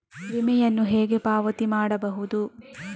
ವಿಮೆಯನ್ನು ಹೇಗೆ ಪಾವತಿ ಮಾಡಬಹುದು?